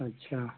अच्छा